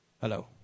Hello